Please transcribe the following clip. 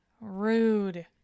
rude